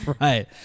right